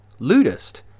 Ludist